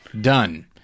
done